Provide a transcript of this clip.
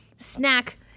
Snack